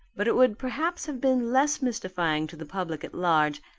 but it would perhaps have been less mystifying to the public at large,